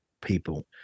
people